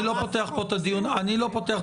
אני לא פותח את הדיון בנתב"ג,